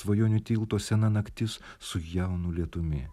svajonių tilto sena naktis su jaunu lietumi